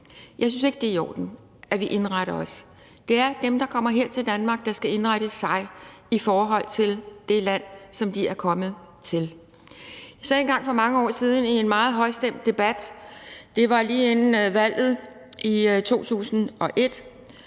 Jeg synes ikke, det er i orden, at vi indretter os. Det er dem, der kommer her til Danmark, der skal indrette sig i forhold det land, som de er kommet til. Jeg sagde engang for mange år siden i en meget højstemt debat, og det var lige inden valget i 2001,